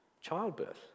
childbirth